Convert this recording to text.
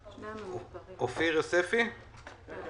אני מהלשכה המשפטית במשרד הכלכלה ואני